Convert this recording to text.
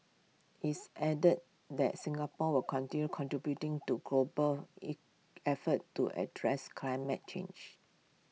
it's added that Singapore will continue contributing to global effort to address climate change